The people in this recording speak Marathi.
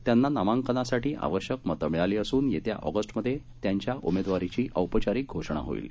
त्यांना नामांकनासाठी आवश्यक मतं मिळाली असून येत्या ऑगस्टमधे त्यांच्या उमेदवारीची औपचारिक घोषणा होईल